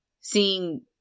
seeing